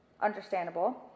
understandable